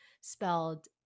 spelled